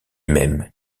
même